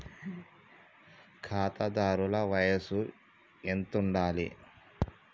ఖాతాదారుల వయసు ఎంతుండాలి?